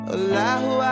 Allahu